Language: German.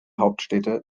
hauptstädte